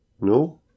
No